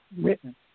written